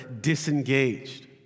disengaged